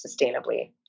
sustainably